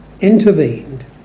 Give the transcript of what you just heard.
intervened